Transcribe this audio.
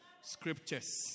scriptures